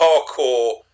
parkour